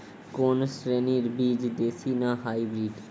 কোন শ্রেণীর বীজ দেশী না হাইব্রিড?